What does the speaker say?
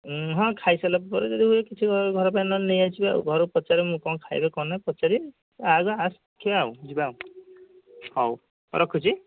ହଁ ଖାଇସାରିଲା ପରେ ଯଦି ହୁଏ କିଛି ନହେଲେ ଘର ପାଇଁ ନହେଲେ ନେଇ ଆସିବା ଆଉ ଘରେ ପଚାରେ ମୁଁ କ'ଣ ଖାଇବେ କ'ଣ ନାଇଁ ପଚାରେ ତୁ ଆଗ ଆସେ ଦେଖିବା ଯିବା ଆଉ ହଉ ରଖୁଛି